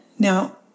Now